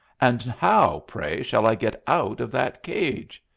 and how, pray, shall i get out of that cage?